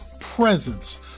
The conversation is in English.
presence